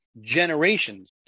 generations